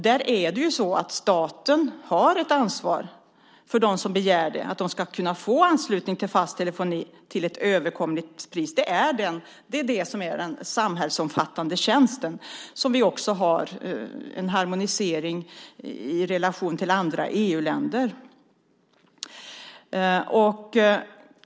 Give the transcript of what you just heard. Där är det ju så att staten har ett ansvar för att de som begär det ska kunna få anslutning till fast telefoni till ett överkomligt pris. Det är det som är den samhällsomfattande tjänsten där vi också har en harmonisering i relation till andra EU-länder.